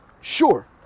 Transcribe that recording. Sure